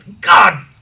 God